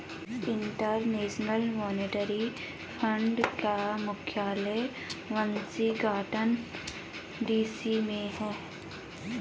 international Monetary Fund का मुख्यालय Washington DC में है